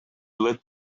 lit